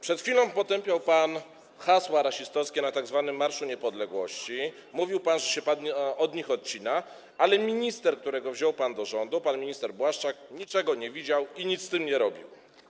Przed chwilą potępiał pan hasła rasistowskie na tzw. Marszu Niepodległości, mówił pan, że się od nich odcina, ale minister, którego wziął pan do rządu, pan minister Błaszczak, niczego nie widział i nic z tym nie robił.